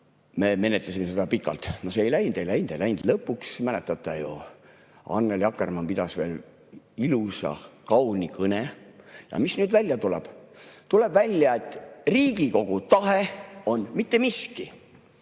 Me menetlesime seda pikalt, see ei läinud, ei läinud, ei läinud. Lõpuks, mäletate ju, Annely Akkermann pidas veel ilusa, kauni kõne. Ja mis nüüd välja tuleb? Tuleb välja, et Riigikogu tahe on mittemiski.